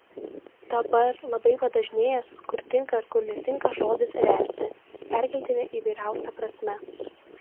dabar labai padažnėjęs kur tinka ir kur netinka žodis ręsti perkeltine įvairiausia prasme